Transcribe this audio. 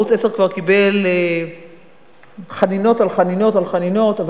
וערוץ-10 כבר קיבל חנינות על חנינות על חנינות.